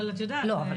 אבל את יודעת -- לא,